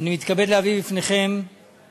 מתכבד להביא בפניכם